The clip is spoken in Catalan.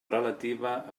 relativa